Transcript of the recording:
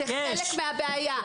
זו חלק מהבעיה.